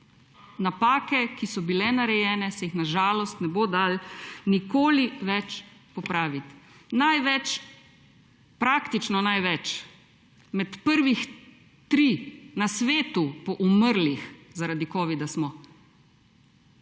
Napak, ki so bile narejene, se na žalost ne bo dalo nikoli več popraviti. Največ, praktično največ, med prvimi tremi na svetu po umrlih zaradi covida smo.